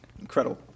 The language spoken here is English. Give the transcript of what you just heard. Incredible